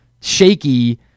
shaky